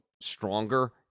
stronger